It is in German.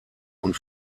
und